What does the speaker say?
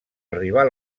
arribar